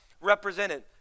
represented